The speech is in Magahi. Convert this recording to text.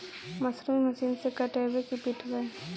मसुरी मशिन से कटइयै कि पिटबै?